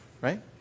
Right